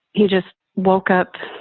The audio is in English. he just woke up.